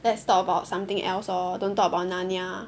let's talk about something else lor don't talk about Narnia